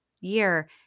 year